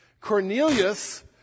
Cornelius